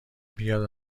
بیاد